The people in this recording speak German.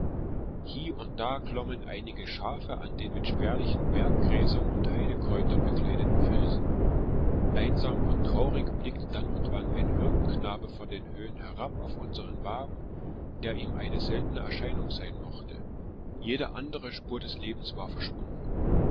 hie und da klommen einige schafe an den mit spärlichen berggräsern und heidekräutern bekleideten felsen einsam und traurig blickte dann und wann ein hirtenknabe von den höhen herab auf unseren wagen der ihm eine seltene erscheinung sein mochte jede andere spur des lebens war verschwunden